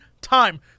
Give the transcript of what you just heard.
time